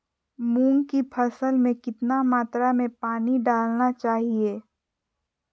मूंग की फसल में कितना मात्रा में पानी डालना चाहिए?